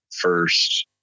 first